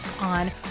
on